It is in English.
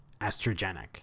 estrogenic